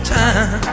time